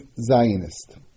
Zionist